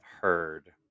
heard